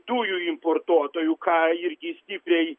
dujų importuotojų ką irgi stipriai